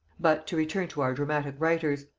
but to return to our dramatic writers.